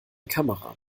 kamera